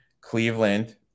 Cleveland